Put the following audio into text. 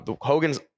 Hogan's